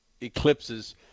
eclipses